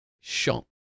shot